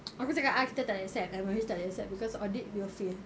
aku cakap ah kita tak accept M_O_H tak boleh accept because audit will fail